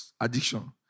addiction